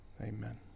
Amen